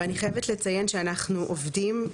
אבל אני חייבת לציין שאנחנו עובדים,